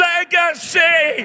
Legacy